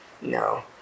no